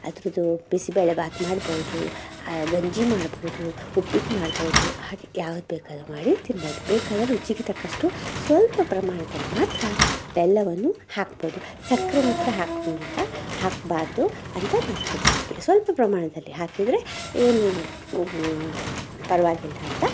ಅದರದ್ದು ಬಿಸಿಬೇಳೆಬಾತು ಮಾಡ್ಬೋದು ಗಂಜಿ ಮಾಡ್ಬೋದು ಉಪ್ಪಿಟ್ಟು ಮಾಡ್ಬೋದು ಹಾಗೆ ಯಾವುದು ಬೇಕಾದರೂ ಮಾಡಿ ತಿನ್ಬೋದು ಬೇಕಾದರೆ ರುಚಿಗೆ ತಕ್ಕಷ್ಟು ಸ್ವಲ್ಪ ಪ್ರಮಾಣದಲ್ಲಿ ಮಾತ್ರ ಬೆಲ್ಲವನ್ನು ಹಾಕ್ಬೋದು ಸಕ್ಕರೆ ಮಾತ್ರ ಹಾಕುವಂಗಿಲ್ಲ ಹಾಕ್ಬಾರದು ಅಂತ ನನ್ನ ಅನಿಸಿಕೆ ಸ್ವಲ್ಪ ಪ್ರಮಾಣದಲ್ಲಿ ಹಾಕಿದರೆ ಏನು ಪರವಾಗಿಲ್ಲ ಅಂತ